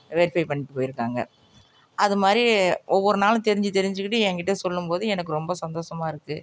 verify பண்ணிட்டு போயிருக்காங்க அது மாதிரி ஒவ்வொரு நாளும் தெரிஞ்சு தெரிஞ்சுக்கிட்டு என் கிட்டே சொல்லும்போது எனக்கு ரொம்ப சந்தோஷமா இருக்குது